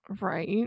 Right